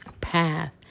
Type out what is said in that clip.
path